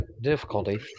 difficulty